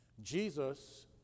Jesus